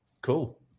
cool